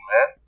man